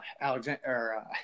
Alexander